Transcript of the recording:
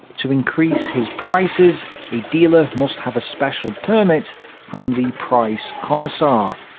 to increase his prices a dealer must have a special permit from the price commissar.